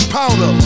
powder